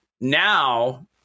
now